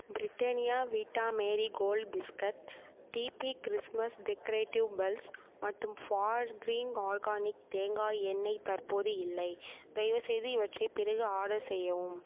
Britannia Vita Marie gold biscuit டிபி Christmas decorative bells மற்றும் Fargreen organic தேங்காய் எண்ணெய் தற்போது இல்லை தயவுசெய்து இவற்றை பிறகு ஆர்டர் செய்யவும்